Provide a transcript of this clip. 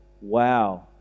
wow